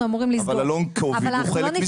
אני רק אומרת שבשעה שלוש --- עו"ד רובין יכול להמתין.